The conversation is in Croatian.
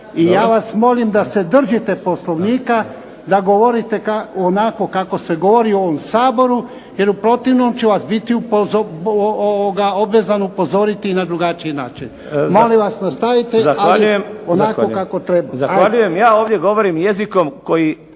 I ja vas molim da se držite Poslovnika, da govorite onako kako se govori u ovom Saboru jer u protivnom ću vas biti obvezan upozoriti i na drugačiji način. Molim vas nastavite, ali onako kako treba. **Burić, Dinko (HDSSB)** Zahvaljujem. Ja ovdje govorim jezikom koji